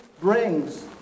brings